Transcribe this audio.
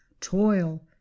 toil